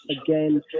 again